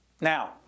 Now